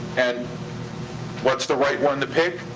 and what's the right one to pick?